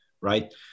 right